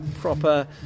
proper